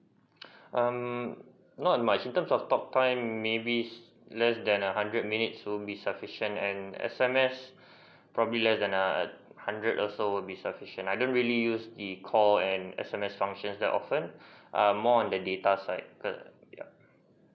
um not much in terms of talk time maybe less than a hundred minutes would be sufficient and S_M_S probably less than a hundred also would be sufficient I don't really use the call and S_M_S function that often err more on the data side so yeah